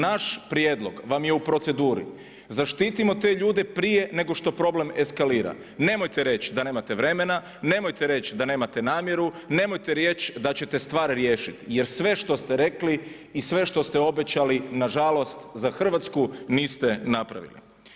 Naš prijedlog vam je u procedure, zaštitimo te ljude prije nego što problem eskalira, nemojte reći da nemate vremena, nemojte reći da nemate namjeru, nemojte reći da ćete stvar riješiti jer sve što ste rekli i sve što ste obećali nažalost za Hrvatsku niste napravili.